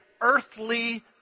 earthly